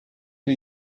wir